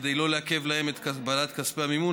כדי שלא לעכב להם את קבלת כספי המימון,